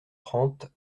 trente